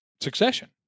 succession